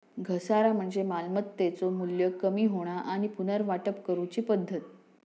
घसारा म्हणजे मालमत्तेचो मू्ल्य कमी होणा आणि पुनर्वाटप करूची पद्धत